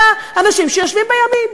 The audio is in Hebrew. אלא אנשים שיושבים בימין.